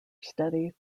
study